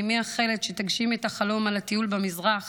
אני מייחלת שתגשימי את החלום על הטיול במזרח